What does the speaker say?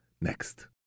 Next